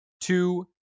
two